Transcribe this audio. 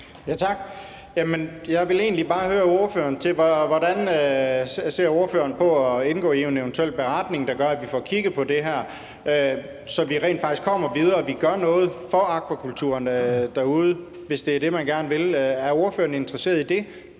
Jeg vil egentlig bare høre, hvordan ordføreren ser på at indgå i en eventuel beretning, der gør, at vi får kigget på det her, så vi rent faktisk kommer videre og vi gør noget for akvakulturen derude, hvis det er det, man gerne vil. Er ordføreren interesseret i det,